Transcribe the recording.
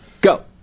go